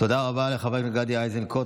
תודה רבה לחבר הכנסת גדי איזנקוט.